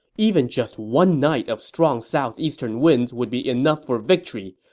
even just one night of strong southeastern winds would be enough for victory,